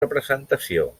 representació